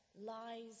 lies